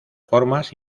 formas